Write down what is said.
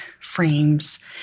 frames